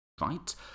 right